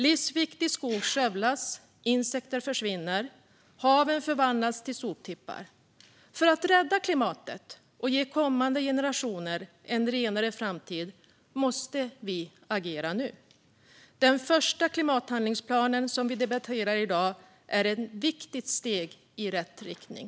Livsviktig skog skövlas, insekter försvinner och haven förvandlas till soptippar. För att rädda klimatet och ge kommande generationer en renare framtid måste vi agera nu. Den första klimathandlingsplanen som vi debatterar i dag är ett viktigt steg i rätt riktning.